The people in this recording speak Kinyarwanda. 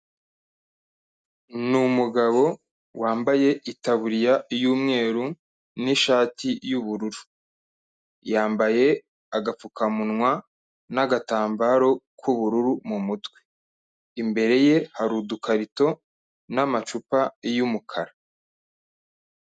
Ni umugabo wambaye itaburiya y'umweru n'ishati y'ubururu, yambaye agapfukamunwa n'agatambaro k'ubururu mu mutwe. Imbere ye hari udukarito n'amacupa y'umukara.